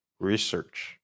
research